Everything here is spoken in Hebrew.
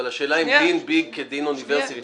אבל השאלה האם דין BIG כדין אוניברסיטה?